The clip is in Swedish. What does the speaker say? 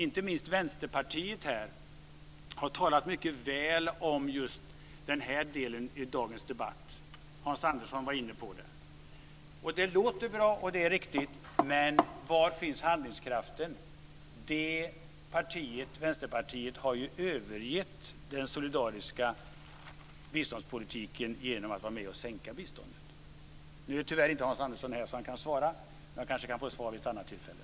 Inte minst har Vänsterpartiet talat mycket väl om den här delen i dagens debatt. Hans Andersson var inne på det. Det låter bra, och det är riktigt. Men var finns handlingskraften? Vänsterpartiet har ju övergett den solidariska biståndspolitiken genom att vara med och sänka biståndet. Nu är tyvärr inte Hans Andersson här, så han kan inte svara, men jag kanske kan få ett svar vid något annat tillfälle.